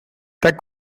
ten